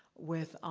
with